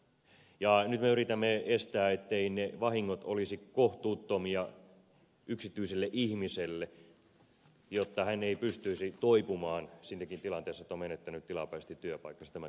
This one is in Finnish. nyt me yritämme estää etteivät ne vahingot olisi kohtuuttomia yksityiselle ihmiselle jotta hän pystyisi toipumaan siinäkin tilanteessa että on menettänyt tilapäisesti työpaikkansa tämän kriisin jälkeen